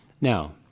Now